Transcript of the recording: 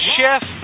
Chef